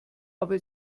aber